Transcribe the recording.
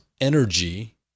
energy